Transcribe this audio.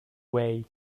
way